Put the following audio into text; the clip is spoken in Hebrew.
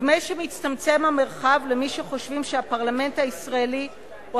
נדמה שמצטמצם המרחב למי שחושבים שהפרלמנט הישראלי הוא